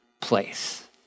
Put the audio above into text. place